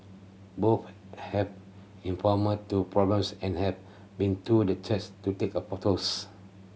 both have informed to problems and have been to the church to take a photos